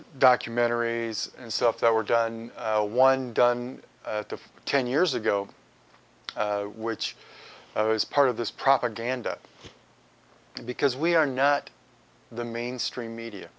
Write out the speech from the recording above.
documentaries and stuff that were done one done ten years ago which is part of this propaganda because we are not the mainstream media